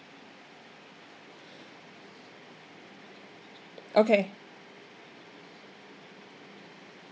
okay